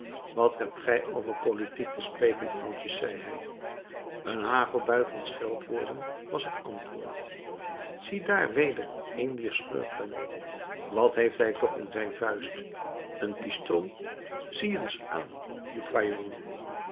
wat hebt gij over politiek te spreken oudjes zei hij een hagelbui van scheldwoorden was het antwoord ziedaar weder een dier schurken wat heeft hij toch in zijn vuist een pistool zie eens aan dien kwâjongen